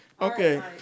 okay